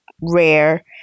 rare